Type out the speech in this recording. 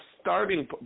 starting